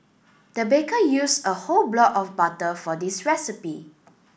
the baker used a whole block of butter for this recipe